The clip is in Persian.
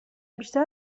بیشتر